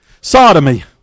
Sodomy